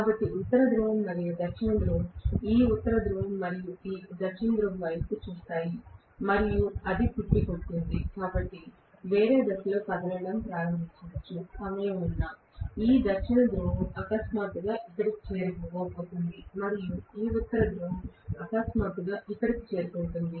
కాబట్టి ఉత్తర ధ్రువం మరియు దక్షిణ ధృవం ఈ ఉత్తర ధ్రువం మరియు దక్షిణ ధృవం వైపు చూస్తాయి మరియు అది తిప్పికొడుతుంది కనుక ఇది వేరే దిశలో కదలడం ప్రారంభించవచ్చు సమయం ఉన్నా ఈ దక్షిణ ధృవం అకస్మాత్తుగా ఇక్కడకు చేరుకోబోతోంది మరియు ఈ ఉత్తర ధ్రువం అకస్మాత్తుగా ఇక్కడకు చేరుకుంటుంది